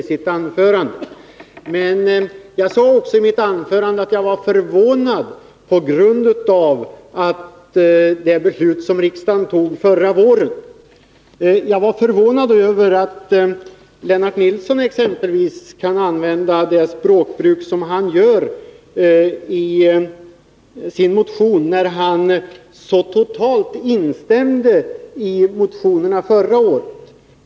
I mitt anförande sade jag också att jag, med tanke på det beslut som riksdagen fattade förra våren, var förvånad över att exempelvis Lennart Nilsson kan använda ett sådant språk i motionen. Han instämde ju så fullständigt i motionerna förra året.